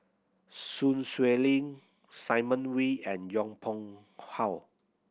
Sun Xueling Simon Wee and Yong Pung How